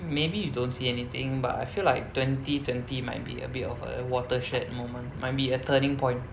maybe you don't see anything but I feel like twenty twenty might be a bit of a watershed moment might be a turning point